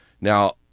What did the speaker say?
now